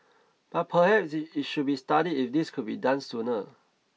but perhaps it should be studied if this could be done sooner